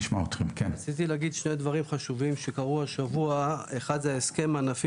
רציתי להגיד שני דברים חשובים שקרו השבוע: אחד הוא הסכם ענפי